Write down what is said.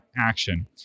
action